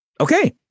Okay